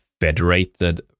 federated